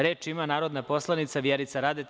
Reč ima narodna poslanica Vjerica Radeta.